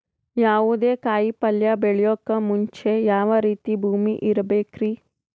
ಯಾವುದೇ ಕಾಯಿ ಪಲ್ಯ ಬೆಳೆಯೋಕ್ ಮುಂಚೆ ಯಾವ ರೀತಿ ಭೂಮಿ ಇರಬೇಕ್ರಿ?